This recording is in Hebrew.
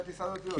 לטיסה הזאת או לא?